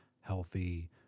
healthy